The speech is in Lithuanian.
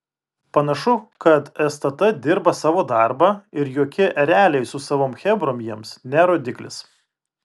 panašu kad stt dirba savo darbą ir jokie ereliai su savom chebrom jiems ne rodiklis